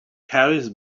carries